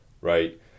Right